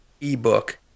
ebook